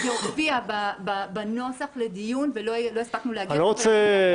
זה הופיע בנוסח לדיון ולא הספקנו להגיע לזה.